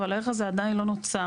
אבל הערך הזה עדיין לא נוצר.